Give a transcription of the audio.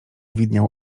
widniał